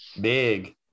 big